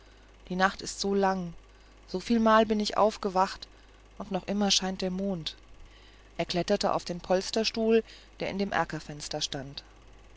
die nacht ist so lang so viel mal bin ich aufgewacht und noch immer scheint der mond er kletterte auf den polsterstuhl der in dem erkerfenster stand